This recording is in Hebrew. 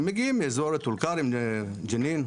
הם מגיעים מאזור טול כרם, ג'נין.